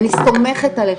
אני סומכת עליך,